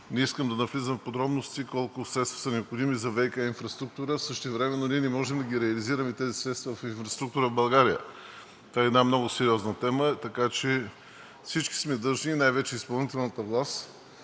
Не искам да навлизам в подробности колко средства са необходими за ВиК инфраструктура, а същевременно ние не можем да реализираме тези средства в инфраструктура в България. Това е много сериозна тема. Така че всички сме длъжни, най-вече от изпълнителната власт